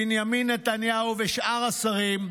בנימין נתניהו ושאר השרים,